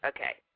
Okay